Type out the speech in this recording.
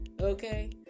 okay